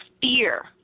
fear